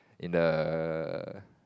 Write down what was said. in the